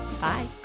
Bye